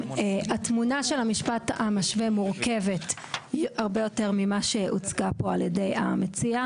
התמונה של המשפט המשווה מורכבת הרבה יותר ממה שהוצגה פה על ידי המציע.